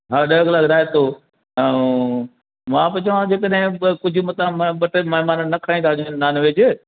हा ॾह ग्लास रायतो ऐं मां पोइ चवां जेकॾहिं ब कुझु मतिलबु मां ॿ टे महिमान न खाईंदा जीअं नॉनवैज